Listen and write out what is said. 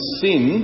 sin